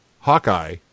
Hawkeye